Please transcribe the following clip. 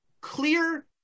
clear